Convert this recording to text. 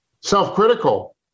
self-critical